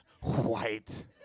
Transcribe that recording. white